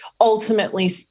ultimately